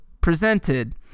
Presented